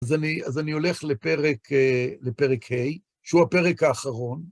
אז אני הולך לפרק ה, שהוא הפרק האחרון.